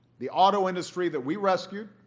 the auto industry that we rescued,